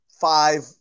five